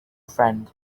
friend